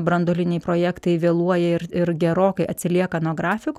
branduoliniai projektai vėluoja ir ir gerokai atsilieka nuo grafiko